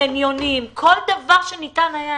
חניונים כל דבר שניתן היה,